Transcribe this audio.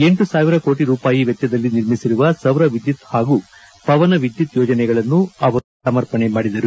ಎಂಟು ಸಾವಿರ ಕೋಟ ರೂಪಾಯಿ ವೆಚ್ಲದಲ್ಲಿ ನಿರ್ಮಿಸಿರುವ ಸೌರ ವಿದ್ಯುತ್ ಹಾಗೂ ಪವನ ವಿದ್ಯುತ್ ಯೋಜನೆಗಳನ್ನು ರಾಷ್ಟಕ್ಕೆ ಸಮರ್ಪಣೆ ಮಾಡಿದರು